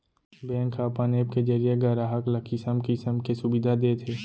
bank ह अपन app के जरिये गराहक ल किसम किसम के सुबिधा देत हे